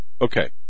Okay